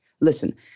listen